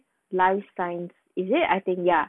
life science is it I think ya